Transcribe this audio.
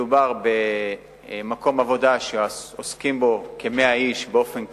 מדובר במקום עבודה שעוסקים בו כ-100 איש באופן קבוע,